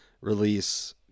release